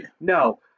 No